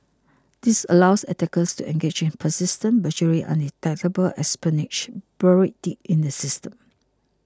this allows attackers to engage in persistent virtually undetectable espionage buried deep in the system